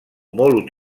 molt